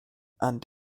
and